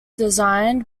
designed